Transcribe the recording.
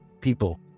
People